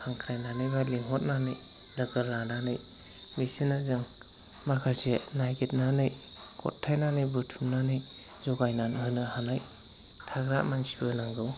हांख्रायनानै एबा लिंहरनानै दाग गा लानानै बिसोरनो जों माखासे नागिरनानै हरथायनानै बुथुमनानै जगायनानै होनो हानाय थाग्रा मानसिबो नांगौ